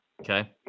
Okay